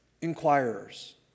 inquirers